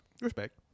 respect